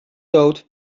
dood